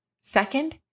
Second